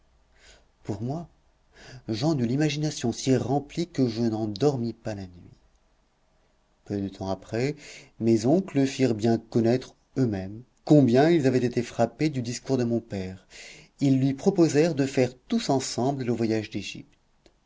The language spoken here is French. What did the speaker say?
pour moi j'en eus l'imagination si remplie que je n'en dormis pas la nuit peu de temps après mes oncles firent bien connaître euxmêmes combien ils avaient été frappés du discours de mon père ils lui proposèrent de faire tous ensemble le voyage d'égypte